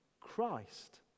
Christ